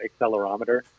accelerometer